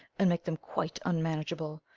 and make them quite unmanageable.